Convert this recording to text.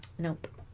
nope